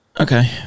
Okay